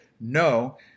no